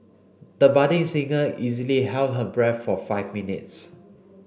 the budding singer easily held her breath for five minutes